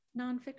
nonfiction